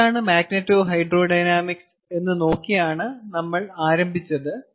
എന്താണ് മാഗ്നെറ്റോഹൈഡ്രോഡൈനാമിക്സ് എന്ന് നോക്കിയാണ് നമ്മൾ ആരംഭിച്ചത്